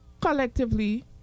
Collectively